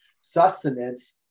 sustenance